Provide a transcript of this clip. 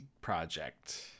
project